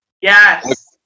yes